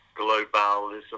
Globalism